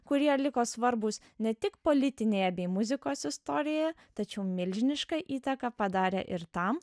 kurie liko svarbūs ne tik politinėje bei muzikos istorijoje tačiau milžinišką įtaką padarė ir tam